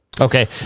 Okay